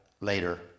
later